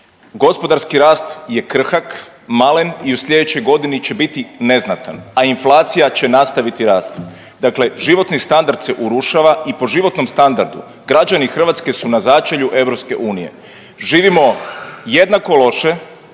Gospodarski rast je krhak, malen i u sljedećoj godini će biti neznatan, a inflacija će nastaviti rasti. Dakle, životni standard se urušava i po životnom standardu građani Hrvatske su na začelju EU. Živimo jednako loše